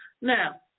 Now